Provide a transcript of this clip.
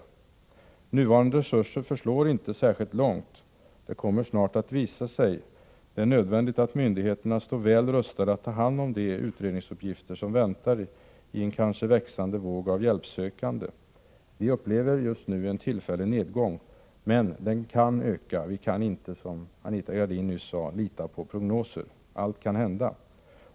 De nuvarande resurserna förslår inte särskilt långt, vilket snart kommer att visa sig. Det är nödvändigt att myndigheterna står väl rustade att ta hand om de utredningsuppgifter som väntar vid en kanske växande våg av hjälpsökande. Vi upplever just nu en tillfällig nedgång, men tillströmningen kan öka. Vi kan inte, som Anita Gradin nyss sade, lita på prognoser. Allt kan hända.